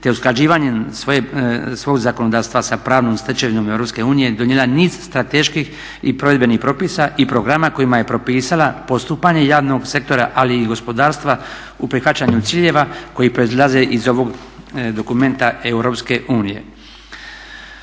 te usklađivanjem svog zakonodavstva sa pravnom stečevinom Europske unije je donijela niz strateških i provedbenih propisa i programa kojima je propisala postupanje javnog sektora, ali i gospodarstva u prihvaćanju ciljeva koji proizlaze iz ovog dokumenta